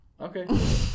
Okay